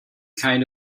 kind